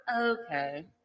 Okay